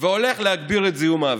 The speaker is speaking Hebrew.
והולך להגביר את זיהום האוויר.